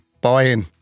buy-in